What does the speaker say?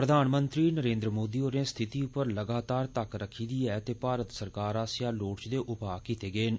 प्रघानमंत्री नरेन्द्र मोदी होरें स्थिति उप्पर लगातार तक्क रक्खी दी ऐ ते भारत सरकार आस्सेआ लोड़चदे उपांऽ कीते गे न